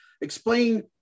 explain